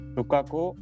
Lukaku